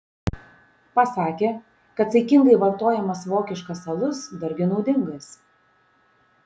pasakė kad saikingai vartojamas vokiškas alus dargi naudingas